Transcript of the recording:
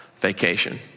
vacation